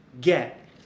get